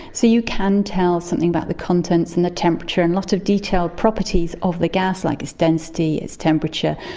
so you can tell something about the contents and the temperature and a lot of detailed properties of the gas, like its density, its temperature,